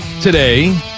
today